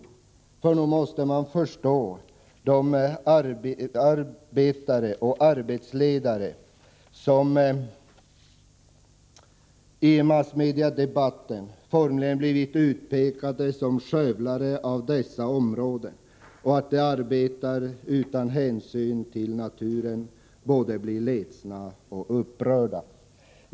Nog måste man förstå att arbetare och arbetsledare, som i massmediedebat ten formligen blivit utpekade som skövlare av dessa områden och kritiserats för att de arbetar utan hänsyn till naturen, blir både ledsna och upprörda.